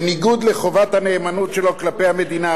בניגוד לחובת הנאמנות שלו כלפי המדינה,